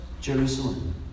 Jerusalem